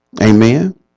amen